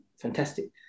fantastic